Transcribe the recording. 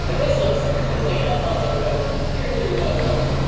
ah this looks this looks like a ah logo, here's your logo.